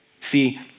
See